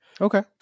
Okay